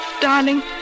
Darling